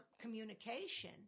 communication